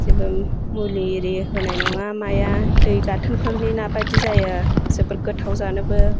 जेबो मुलि एरि होनाय नङा माया दै गाथोनफोरनि ना बायदि जाया जोबोर गोथाव जानोबो